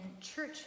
church